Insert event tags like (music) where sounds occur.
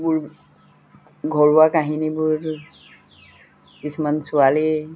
(unintelligible) ঘৰুৱা কাহিনীবোৰ কিছুমান ছোৱালী